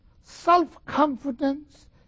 Self-confidence